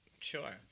Sure